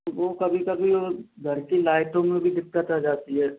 वो कभी कभी घर की लाइटों में भी दिक्कत आ जाती है